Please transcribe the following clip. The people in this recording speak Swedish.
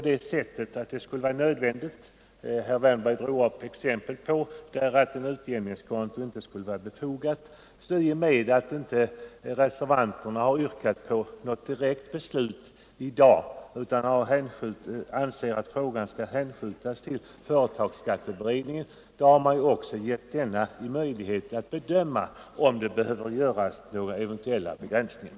Herr Wärnberg anförde ett exempel på att utjämningskonto inte skulle vara befogat. I och med att reservanterna inte har yrkat på något direkt beslut i dag utan anser att frågan skall hänskjutas till företagsbeskattningsutredningen har man ju även fått denna möjlighet att bedöma om det behöver göras några eventuella begränsningar.